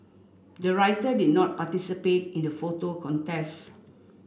the writer did not participate in the photo contest